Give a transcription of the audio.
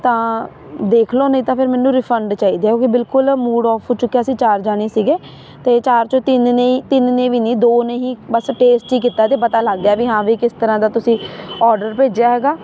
ਤਾਂ ਦੇਖ ਲਉ ਨਹੀਂ ਤਾਂ ਫਿਰ ਮੈਨੂੰ ਰਿਫੰਡ ਚਾਹੀਦਾ ਕਿਉਂਕਿ ਬਿਲਕੁਲ ਮੂਡ ਔਫ ਹੋ ਚੁੱਕਿਆ ਅਸੀਂ ਚਾਰ ਜਣੇ ਸੀਗੇ ਅਤੇ ਚਾਰ 'ਚੋਂ ਤਿੰਨ ਨੇ ਤਿੰਨ ਨੇ ਵੀ ਨਹੀਂ ਦੋ ਨੇ ਹੀ ਬਸ ਟੇਸਟ ਹੀ ਕੀਤਾ ਅਤੇ ਪਤਾ ਲੱਗ ਗਿਆ ਵੀ ਹਾਂ ਵੀ ਕਿਸ ਤਰ੍ਹਾਂ ਦਾ ਤੁਸੀਂ ਔਡਰ ਭੇਜਿਆ ਹੈਗਾ